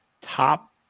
top